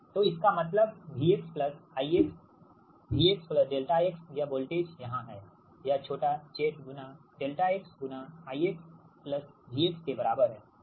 तो इसका मतलबV प्लस I Vx ∆x यह वोल्टेज यहां हैयह छोटा z ∆ x I V के बराबर है